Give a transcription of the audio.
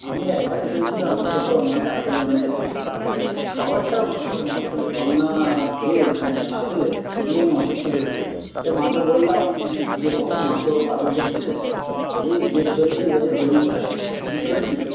আমি একবারই হয়েছিলাম তো মানে আসলে মানে মানে খাবারটা বড় কথা নয় আসলে জল না খেয়ে মানে না খেলে এমনি আমি অসুস্থ হয়ে পড়ি তাই মাকে বললাম যে হব মা তো বারণ করছে তবু জেদ ধরেছি এবছর হয়েই ছাড়ব কি ঠিক করিনি